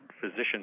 physician